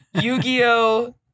Yu-Gi-Oh